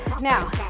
Now